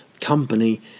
company